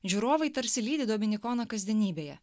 žiūrovai tarsi lydi dominikoną kasdienybėje